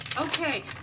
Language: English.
Okay